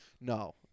No